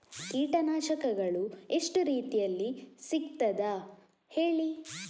ಕೀಟನಾಶಕಗಳು ಎಷ್ಟು ರೀತಿಯಲ್ಲಿ ಸಿಗ್ತದ ಹೇಳಿ